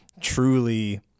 truly